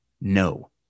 No